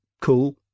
cool